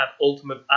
Ultimate